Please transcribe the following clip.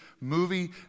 movie